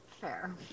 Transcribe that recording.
Fair